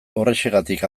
horrexegatik